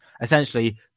essentially